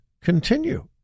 continue